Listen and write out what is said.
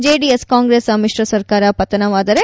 JDS Congress ಸಮ್ಮಿಶ್ರ ಸರ್ಕಾರ ಪತನವಾದರೆ